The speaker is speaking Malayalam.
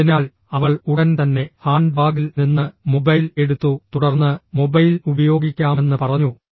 അതിനാൽ അവൾ ഉടൻ തന്നെ ഹാൻഡ്ബാഗിൽ നിന്ന് മൊബൈൽ എടുത്തു തുടർന്ന് മൊബൈൽ ഉപയോഗിക്കാമെന്ന് പറഞ്ഞു